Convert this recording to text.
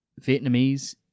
Vietnamese